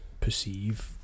perceive